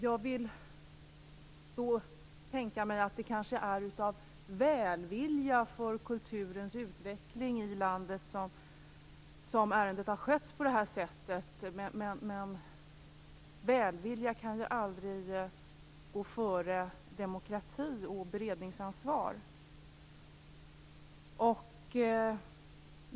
Jag vill tänka mig att det kanske beror på välvilja inför kulturens utveckling i landet att ärendet har skötts på detta sätt, men välvilja kan aldrig gå före demokrati och beredningsansvar.